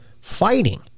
fighting